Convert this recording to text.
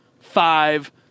five